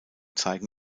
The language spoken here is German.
zeigen